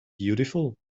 beautiful